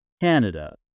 Canada